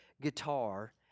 guitar